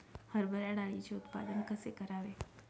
हरभरा डाळीचे उत्पादन कसे करावे?